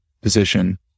position